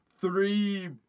three